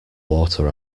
water